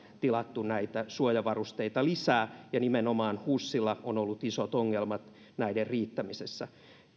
tilattu näitä suojavarusteita lisää ja nimenomaan husilla on ollut isot ongelmat näiden riittämisessä